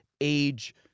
age